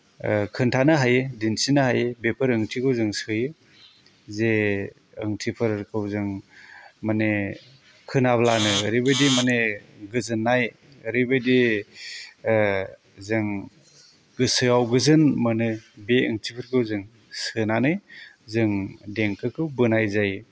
खोन्थानो हायो दिन्थिनो हायो बेफोर ओंथिखौ जों सोयो जे ओंथिफोरखौ जों माने खोनाब्लानो ओरैबायदि माने गोजोन्नाय ओरैबायदि जों गोसोआव गोजोन मोनो बे ओंथिफोरखौ जों सोनानै जों देंखोखौ बोनाय जायो